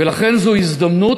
ולכן זו הזדמנות,